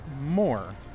more